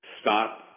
stop